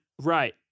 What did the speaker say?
Right